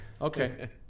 Okay